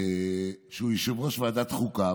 שהוא יושב-ראש ועדת חוקה.